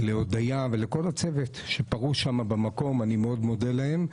תודה להודיה ולכל הצוות, אני מאוד מודה להם.